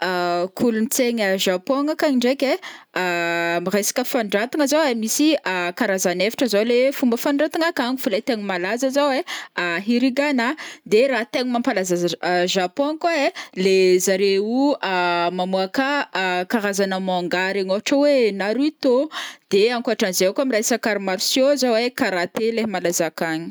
Kolontsaigna Japon mônkony ndraiky ai, miresaka fanondratagna zao ai misy karazany efatra zao le fomba fanondragna akagny fa le tegna malaza zao ai, huruganà, de ra tegna mampalaza Japon kô ai, le zareo mamoaka karazagna mangà regny ôhatra oe Naruto de ankoatranzay kô miresaka art martiaux zao ai karaté lay malaza akagny.